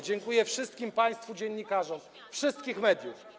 Dziękuję wszystkim państwu dziennikarzom wszystkich mediów.